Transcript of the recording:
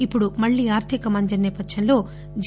ఇప్పుడు మళ్లీ ఆర్లిక మాధ్యం నేపథ్యంలో జి